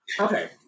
Okay